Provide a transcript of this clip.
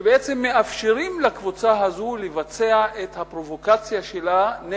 שבעצם מאפשרים לקבוצה הזו לבצע את הפרובוקציה שלה נגד